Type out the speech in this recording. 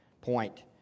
point